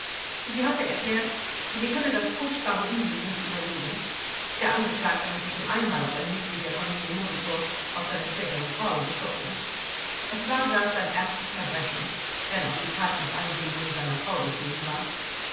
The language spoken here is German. sie hatte erklärt sie könne das furchtbare unglück nicht überleben der angeklagte hatte schon einmal auf ein mitglied der familie molitor auf seine spätere frau geschossen es war das sein erstes verbrechen wenn auch die tat mit einwilligung seiner frau geschehen war